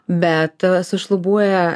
bet sušlubuoja